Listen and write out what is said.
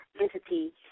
entity